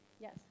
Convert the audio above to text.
Yes